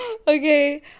Okay